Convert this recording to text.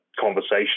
conversation